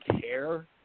care